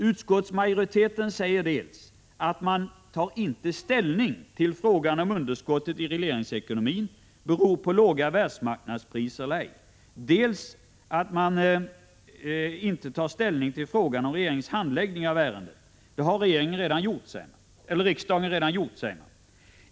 Utskottsmajoriteten säger dels att man inte tar ställning till frågan om underskottet i regleringsekonomin beror på låga världsmarknadspriser eller ej, dels att man inte tar ställning till frågan om regeringens handläggning av ärendet. Det har redan riksdagen gjort, säger man.